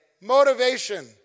motivation